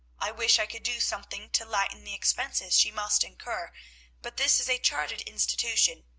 i wish i could do something to lighten the expenses she must incur but this is a chartered institution,